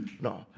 no